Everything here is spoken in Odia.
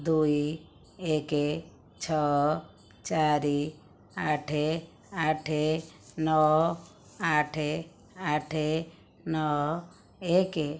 ଦୁଇ ଏକ ଛଅ ଚାରି ଆଠ ଆଠ ନଅ ଆଠ ଆଠ ନଅ ଏକ